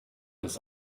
des